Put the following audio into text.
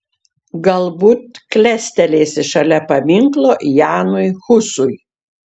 galbūt klestelėsi šalia paminklo janui husui